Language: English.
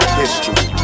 history